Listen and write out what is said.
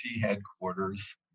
headquarters